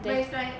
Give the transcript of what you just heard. but it's like